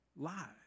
lied